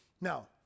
Now